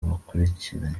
bakurikiranye